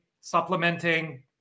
supplementing